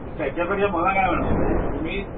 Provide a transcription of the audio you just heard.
मग त्याच्यापेक्षा मला काय म्हणायचं आहे तुम्ही